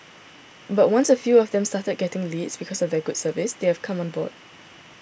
but once a few of them started getting leads because of their good service they have come on board